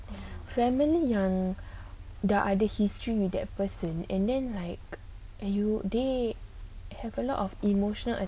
family yang dah ada history with that person and then like you they have a lot of emotional